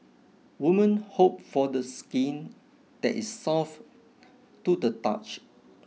women hope for the skin that is soft to the touch